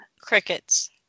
Crickets